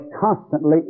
constantly